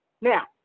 Now